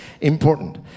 important